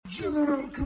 General